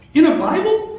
in a bible?